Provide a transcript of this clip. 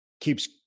keeps